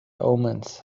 omens